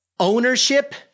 ownership